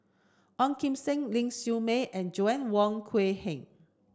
Ong Kim Seng Ling Siew May and Joanna Wong Quee Heng